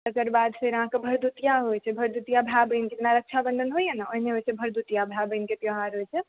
तकर बाद फेर अहाँकेॅं भरदुतिआ होइ छै भरदुतिआ भाय बहिनके जेना रक्षाबन्धन होइए ने ओहने होइ छै भरदुतिआ भाय बहिनके त्यौहार होइ छै